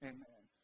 Amen